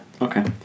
okay